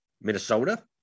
Minnesota